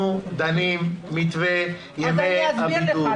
יוליה, אנחנו דנים במתווה ימי הבידוד,